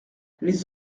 les